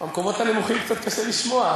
מהמקומות הנמוכים קצת קשה לשמוע.